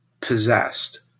possessed